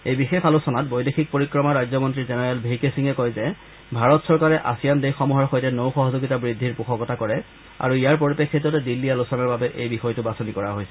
এই বিশেষ আলোচনাত বৈদেশিক পৰিক্ৰমা ৰাজ্যমন্ত্ৰী জেনেৰেল ভি কে সিঙে কয় যে ভাৰত চৰকাৰে আছিয়ান দেশসমূহৰ সৈতে নৌ সহযোগিতা বৃদ্ধিৰ পোষকতা কৰে আৰু ইয়াৰ পৰিপ্ৰেক্ষিততে দিল্লী আলোচনাৰ বাবে এই বিষয়টো বাছনি কৰা হৈছে